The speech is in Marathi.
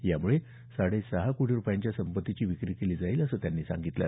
यामुळे साडेसहा कोटी रूपयांच्या संपत्तीची विक्री केली जाईल असं त्यांनी सांगितलं